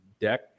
deck